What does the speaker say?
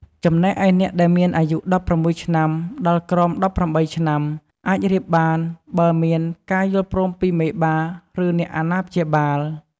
ចំំណែកឯអ្នកដែលមានអាយុ ១៦ ឆ្នាំដល់ក្រោម ១៨ ឆ្នាំអាចរៀបបាន បើមានការយល់ព្រមពីមេបា ឬអ្នកអាណាព្យាបាល។